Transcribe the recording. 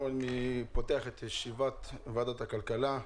אני פותח את ישיבת ועדת הכלכלה.